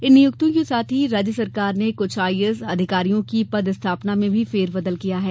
इन नियुक्तियों के साथ ही राज्य शासन ने कुछ आईएएस अधिकारियों की पद स्थापना में भी फेरबदल किया है